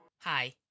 Hi